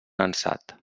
ansat